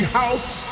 house